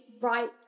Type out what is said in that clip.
right